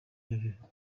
nyabihu